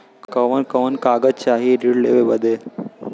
कवन कवन कागज चाही ऋण लेवे बदे?